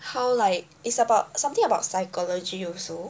how like it's about something about psychology also